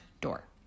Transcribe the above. door